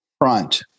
front